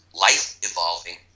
life-evolving